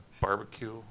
barbecue